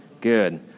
Good